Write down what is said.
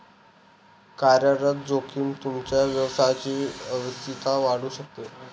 कार्यरत जोखीम तुमच्या व्यवसायची अस्थिरता वाढवू शकते